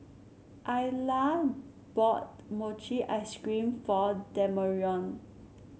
Ayla bought Mochi Ice Cream for Demarion